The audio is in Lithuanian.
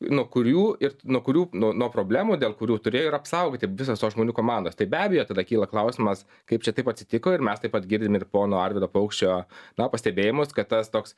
nuo kurių ir nuo kurių nuo nuo problemų dėl kurių turėjo ir apsaugoti visos tos žmonių komandos tai be abejo tada kyla klausimas kaip čia taip atsitiko ir mes taip pat girdim ir pono arvydo paukščio na pastebėjimus kad tas toks